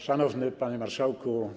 Szanowny Panie Marszałku!